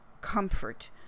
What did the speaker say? comfort